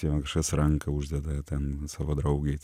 jo kažkas ranką uždeda ten savo draugei